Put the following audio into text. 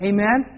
Amen